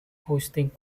hosting